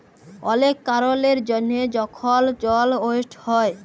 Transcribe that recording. অলেক কারলের জ্যনহে যখল জল ওয়েস্ট হ্যয়